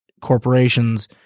corporations